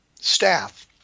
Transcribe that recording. staff